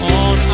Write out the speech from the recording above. on